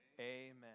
Amen